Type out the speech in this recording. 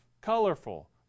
colorful